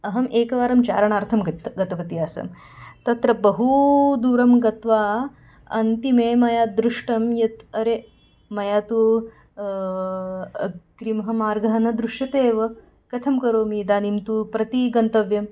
अहम् एकवारं चारणार्थं गत् गतवती आसम् तत्र बहु दूरं गत्वा अन्तिमे मया दृष्टं यत् अरे मया तु अग्रिमः मार्गः न दृश्यते एव कथं करोमि इदानीं तु प्रति गन्तव्यम्